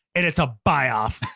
and it's a buy-off,